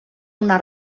una